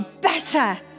better